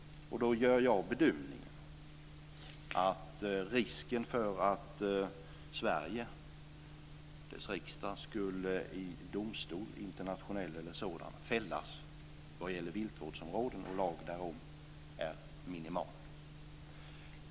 Då gör jag bedömningen att risken för att Sverige och dess riksdag i internationell eller annan domstol skulle fällas vad gäller viltvårdsområden och lag därom är minimal.